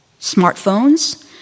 smartphones